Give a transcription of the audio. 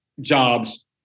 jobs